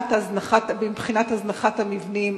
מבחינת הזנחת המבנים,